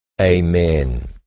Amen